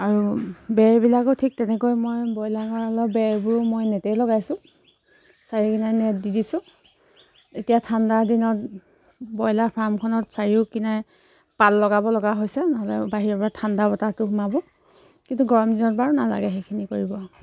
আৰু বেৰবিলাকো ঠিক তেনেকৈ মই ব্ৰইলাৰ গঁৰালৰ বেৰবোৰো মই নেটেই লগাইছোঁ চাৰি পিনে নেট দি দিছোঁ এতিয়া ঠাণ্ডা দিনত ব্ৰইলাৰ ফাৰ্মখনত চাৰিও কিনাৰো পাল লগাব লগা হৈছে নহ'লে বাহিৰৰ পৰা ঠাণ্ডা বতাহটো সোমাব কিন্তু গৰম দিনত বাৰু নালাগে সেইখিনি কৰিব